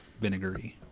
vinegary